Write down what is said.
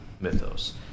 Mythos